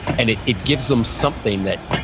and it it gives them something that,